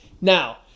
Now